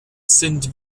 sind